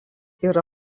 yra